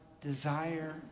desire